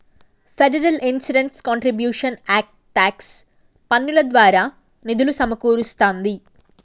federal insurance contributions act tax పన్నుల ద్వారా నిధులు సమకూరుస్తాంది